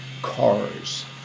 cars